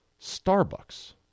Starbucks